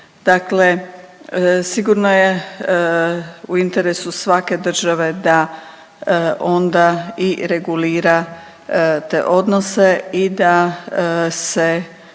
Dakle, sigurno je u interesu svake države da ona i regulira te odnose i se,